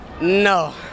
No